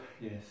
yes